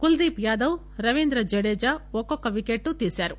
కుల్దీప్ యాదవ్ రవీంద్ర జడేజా ఒక్కొక్క వికెట్ తీశారు